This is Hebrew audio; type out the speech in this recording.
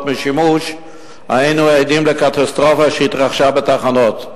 משימוש היינו עדים לקטסטרופה שהתרחשה בתחנות.